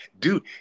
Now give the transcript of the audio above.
Dude